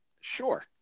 Sure